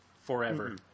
Forever